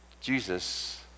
Jesus